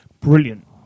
brilliant